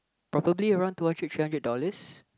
probably around two or three hundred dollars